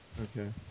Okay